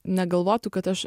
negalvotų kad aš